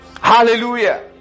Hallelujah